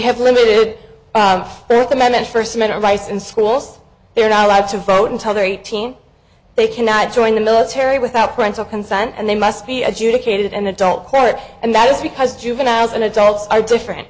have limited at the moment first minute rice in schools they're not allowed to vote until they're eighteen they cannot join the military without parental consent and they must be adjudicated in adult court and that is because juveniles and adults are different